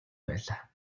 байлаа